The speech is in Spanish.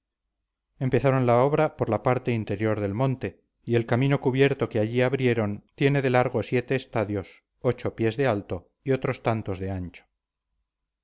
empezaron la obra por la parte inferior del monte y el camino cubierto que allí abrieron tiene de largo siete estadios ocho pies de alto y otros tantos de ancho